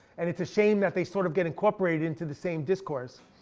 and it's a shame that they sort of get incorporated into the same discourse.